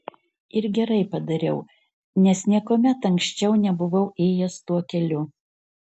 ir gerai padariau nes niekuomet anksčiau nebuvau ėjęs tuo keliu